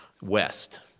west